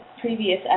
previous